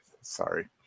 sorry